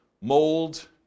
mold